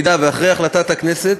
לפי ואחרי החלטת הכנסת,